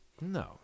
No